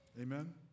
Amen